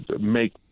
make